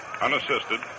unassisted